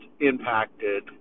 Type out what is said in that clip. impacted